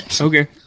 Okay